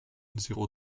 zéro